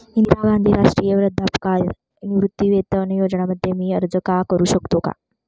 इंदिरा गांधी राष्ट्रीय वृद्धापकाळ निवृत्तीवेतन योजना मध्ये मी अर्ज का करू शकतो का?